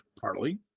partly